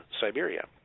Siberia